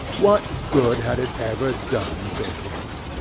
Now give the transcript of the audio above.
what good had it ever done to him?